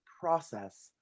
process